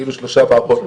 כאילו שלושה מערכות,